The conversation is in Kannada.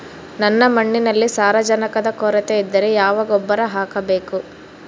ನನ್ನ ಮಣ್ಣಿನಲ್ಲಿ ಸಾರಜನಕದ ಕೊರತೆ ಇದ್ದರೆ ಯಾವ ಗೊಬ್ಬರ ಹಾಕಬೇಕು?